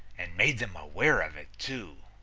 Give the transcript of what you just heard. and made them aware of it, too.